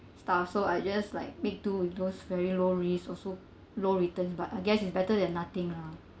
stuff so I just like make do with those very low risk also low returns but I guess it's better than nothing lah